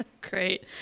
Great